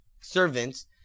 servants